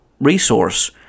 resource